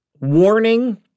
warning